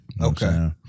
Okay